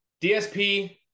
DSP